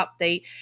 update